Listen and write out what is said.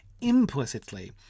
implicitly